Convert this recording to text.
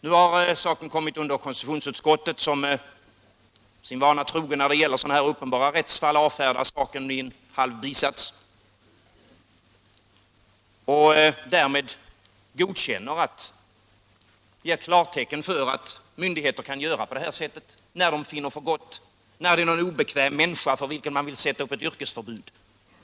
Nu har saken kommit till konstitutionsutskottet, som sin vana troget när det gäller sådana här uppenbara rättsfall avfärdar saken med en halv bisats och därmed ger klartecken för myndigheter att göra på det här sättet när det gäller någon obekväm människa för vilken man vill sätta upp ett yrkesförbud.